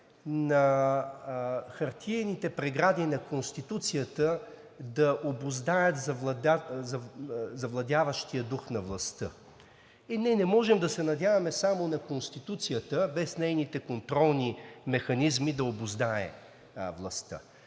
на хартиени прегради на Конституцията да обуздаят завладяващия дух на властта.“ Е, не, не можем да се надяваме само на Конституцията без нейните контролни механизми да обуздае властта.